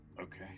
Okay